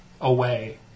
away